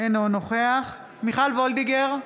אינו נוכח מיכל וולדיגר,